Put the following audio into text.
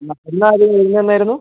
എന്നായിരുന്നു വരുന്നത് എന്നായിരുന്നു